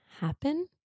happen